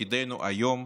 ותפקידנו היום,